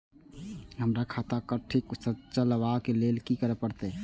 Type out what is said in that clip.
हमरा खाता क ठीक स चलबाक लेल की करे परतै